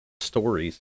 stories